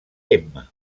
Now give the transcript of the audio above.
emma